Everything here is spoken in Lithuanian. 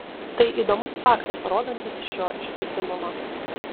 tai įdomus faktas rodantis šio išskirtinumą